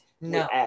No